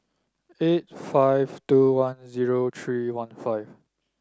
eight five two one zero three one five